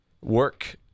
work